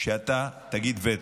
שאתה תטיל וטו.